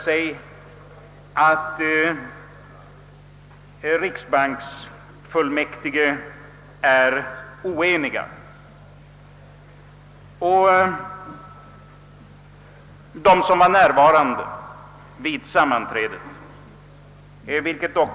Samtliga fullmäktige var inte närvarande vid sammanträdet.